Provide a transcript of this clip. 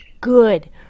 good